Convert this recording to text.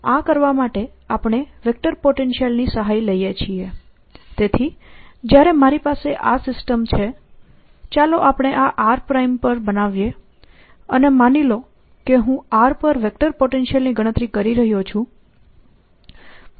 ફરીથી આ કરવા માટે આપણે વેક્ટર પોટેન્શિયલની સહાય લઈએ છીએ તેથી જ્યારે મારી પાસે આ સિસ્ટમ છે ચાલો આપણે આ r પ્રાઇમ પર બનાવીએ અને માની લો કે હું r પર વેક્ટર પોટેન્શિયલની ગણતરી કરી રહ્યો છું